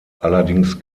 allerdings